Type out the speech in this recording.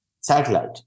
satellite